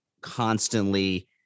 constantly